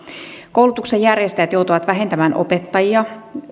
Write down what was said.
koulutuksen järjestäjät joutuvat vähentämään opettajia